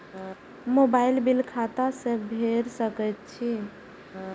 Mobile bill खाता से भेड़ सके छि?